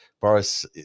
Boris